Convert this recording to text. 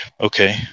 okay